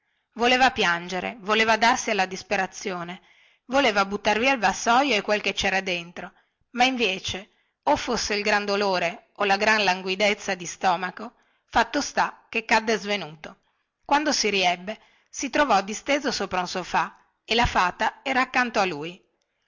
voleva piangere voleva darsi alla disperazione voleva buttar via il vassoio e quel che cera dentro ma invece o fosse il gran dolore o la gran languidezza di stomaco fatto sta che cadde svenuto quando si riebbe si trovò disteso sopra un sofà e la fata era accanto a lui